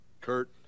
Kurt